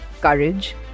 Courage